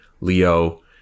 Leo